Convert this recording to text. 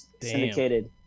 syndicated